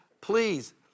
please